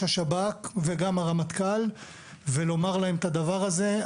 השב"כ וגם הרמטכ"ל ולומר להם את הדבר הזה.